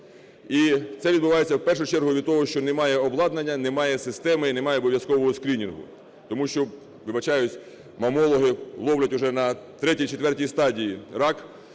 І це відбувається в першу чергу від того, що немає обладнання, немає системи і немає обов'язкового скринінгу. Тому що, вибачаюсь, мамологи ловлять вже на ІІІ-ІV стадії рак,